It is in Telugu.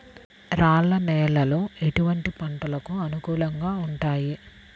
రాళ్ల నేలలు ఎటువంటి పంటలకు అనుకూలంగా ఉంటాయి?